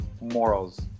morals